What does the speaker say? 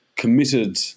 Committed